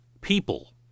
people